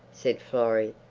said florrie.